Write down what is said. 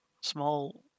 small